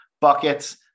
buckets